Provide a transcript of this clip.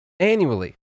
Annually